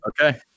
Okay